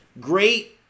great